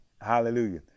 Hallelujah